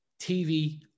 TV